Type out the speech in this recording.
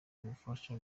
bamufashe